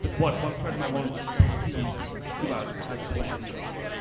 and what what threat might one perceive cuba to have towards the u s?